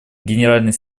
генеральный